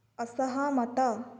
ଅସହମତ